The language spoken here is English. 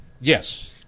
yes